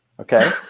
okay